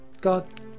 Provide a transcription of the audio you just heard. god